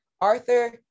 arthur